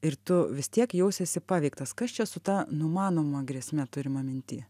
ir tu vis tiek jausiesi paveiktas kas čia su ta numanoma grėsme turima minty